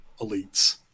elites